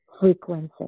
frequencies